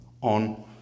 on